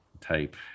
type